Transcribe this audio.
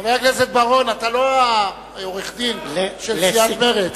חבר הכנסת בר-און, אתה לא העורך-דין של סיעת מרצ.